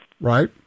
Right